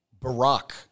Barack